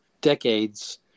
decades